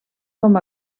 com